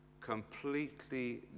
completely